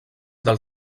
del